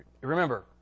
Remember